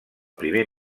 primer